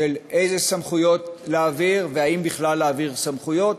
אילו סמכויות להעביר, והאם בכלל להעביר סמכויות.